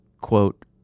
quote